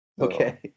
Okay